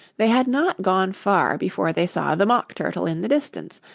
they had not gone far before they saw the mock turtle in the distance,